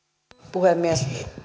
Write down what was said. puhemies